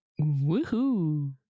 Woohoo